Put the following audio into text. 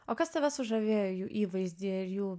o kas tave sužavėjo jų įvaizdyje ir jų